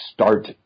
start